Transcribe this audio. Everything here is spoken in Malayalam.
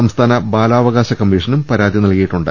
സംസ്ഥാന ബാലാവകാ ശ കമ്മീഷനും പരാതി നൽകിയിട്ടുണ്ട്